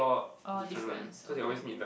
oh difference okay